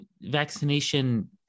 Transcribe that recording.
vaccination